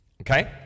Okay